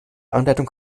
anleitung